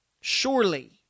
Surely